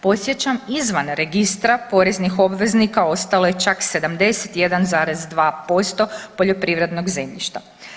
Podsjećam izvan registra poreznih obveznika ostalo je čak 71,2% poljoprivrednog zemljišta.